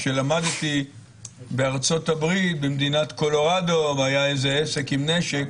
כשלמדתי בארצות הברית במדינת קולורדו והיה איזה עסק עם נשק,